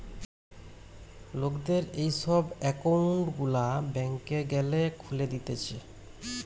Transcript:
লোকদের এই সব একউন্ট গুলা ব্যাংকে গ্যালে খুলে দিতেছে